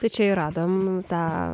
tai čia ir radom tą